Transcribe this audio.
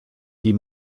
die